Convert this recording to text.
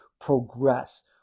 progress